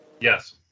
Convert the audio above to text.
Yes